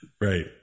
Right